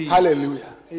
Hallelujah